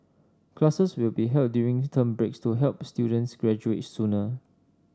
classes will be held during term breaks to help students graduate sooner